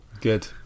Good